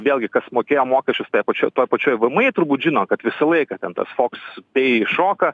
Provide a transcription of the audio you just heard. vėlgi kas mokėjo mokesčius toje pačio toj pačioj vmi turbūt žino kad visą laiką ten tas fox pei iššoka